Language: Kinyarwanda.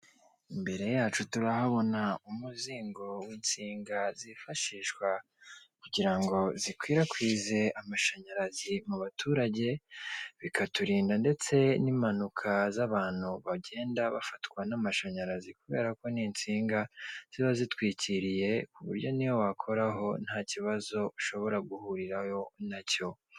Imbere yacu turahabona umuzingo w'insinga zifashishwa kugira ngo zikwirakwize amashanyarazi mu baturage bikaturinda ndetse n'impanuka z'abantu bagenda bafatwa namashanyarazi kubera ko ni insinga ziba zitwikiriye ku buryo niyo wakoraho ntakibazo ushobora guhura nacyo.